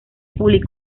publicó